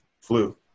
flu